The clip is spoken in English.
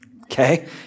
okay